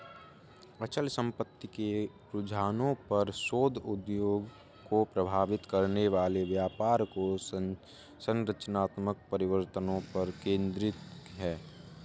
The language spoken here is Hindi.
अचल संपत्ति के रुझानों पर शोध उद्योग को प्रभावित करने वाले व्यापार और संरचनात्मक परिवर्तनों पर केंद्रित है